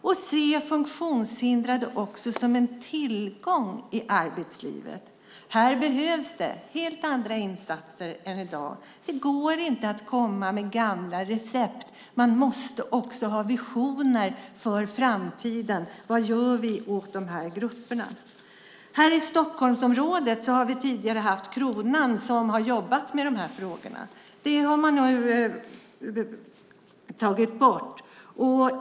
Och se funktionshindrade också som en tillgång i arbetslivet! Här behövs det helt andra insatser än i dag. Det går inte att komma med gamla recept. Man måste också ha visioner för framtiden. Vad gör vi åt de här grupperna? Här i Stockholmsområdet har vi tidigare haft Kronan som har jobbat med de här frågorna. Det har man nu tagit bort.